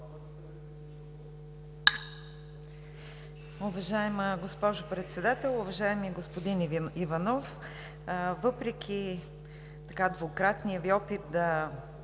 Уважаема госпожо Председател! Уважаеми господин Иванов, въпреки двукратния Ви опит да